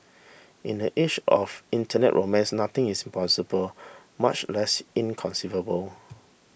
in the age of internet romance nothing is impossible much less inconceivable